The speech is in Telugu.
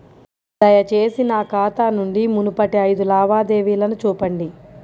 దయచేసి నా ఖాతా నుండి మునుపటి ఐదు లావాదేవీలను చూపండి